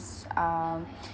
um